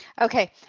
Okay